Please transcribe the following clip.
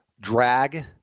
drag